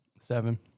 Seven